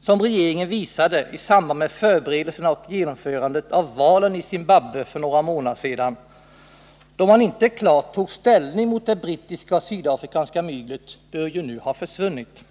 som regeringen visade i samband med förberedelserna och genomförandet av valen i Zimbabwe för några månader sedan, då man inte klart tog ställning mot det brittiska och sydafrikanska myglet, bör nu ha försvunnit.